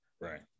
right